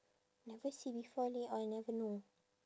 never see before leh or I never know